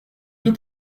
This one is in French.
deux